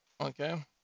Okay